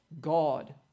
God